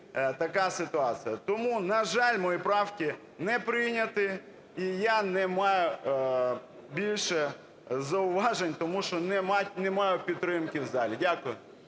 така ситуація. Тому, на жаль, мої правки не прийняті і я не маю більше зауважень, тому що не маю підтримки в залі. Дякую.